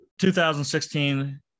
2016